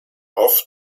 off